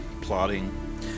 plotting